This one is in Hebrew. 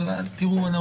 את מה שאתם אומרים,